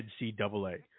NCAA